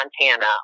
Montana